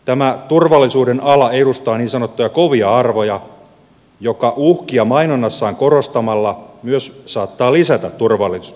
tämä turvallisuuden ala edustaa niin sanottuja kovia arvoja ja uhkia mainonnassaan korostamalla se myös saattaa lisätä turvattomuuden tunnetta